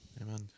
Amen